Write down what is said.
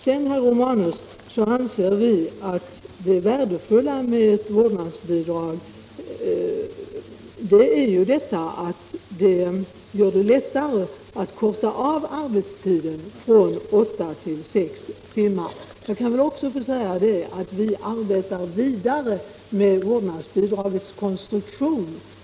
Slutligen, herr Romanus, anser vi att det värdefulla med ett vårdnadsbidrag är att det gör det lättare att korta av arbetstiden från åtta till sex timmar per dag. Jag kan också upplysa om att vi arbetar vidare med vårdnadsbidragets konstruktion.